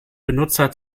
benutzer